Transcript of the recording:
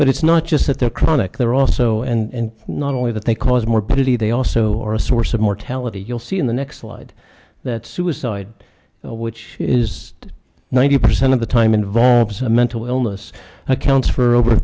but it's not just that they're chronic they're also and not only that they cause more pretty they also or a source of mortality you'll see in the next slide that suicide which is ninety percent of the time involved is a mental illness accounts for over